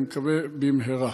אני מקווה במהרה.